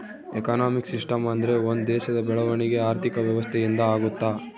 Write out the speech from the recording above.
economic system ಅಂದ್ರೆ ಒಂದ್ ದೇಶದ ಬೆಳವಣಿಗೆ ಆರ್ಥಿಕ ವ್ಯವಸ್ಥೆ ಇಂದ ಆಗುತ್ತ